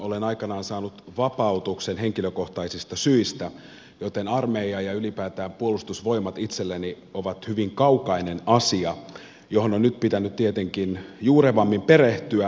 olen aikanaan saanut vapautuksen henkilökohtaisista syistä joten armeija ja ylipäätään puolustusvoimat itselleni on hyvin kaukainen asia johon on nyt pitänyt tietenkin juurevammin perehtyä